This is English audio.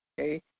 okay